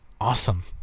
awesome